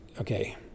okay